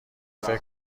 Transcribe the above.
فکر